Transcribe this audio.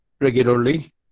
regularly